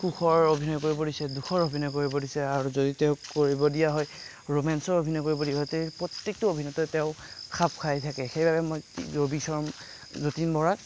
সুখৰ অভিনয় কৰিব দিছে দুখৰ অভিনয় কৰিব দিছে আৰু যদি তেওঁক কৰিব দিয়া হয় ৰোমাঞ্চৰ অভিনয় কৰিব দিয়া হয় তে প্ৰত্যেকটো অভিনয়তে তেওঁ খাপ খাই থাকে সেইবাবে মই ৰবি শৰ্মা যতীন বৰাক